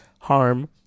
harm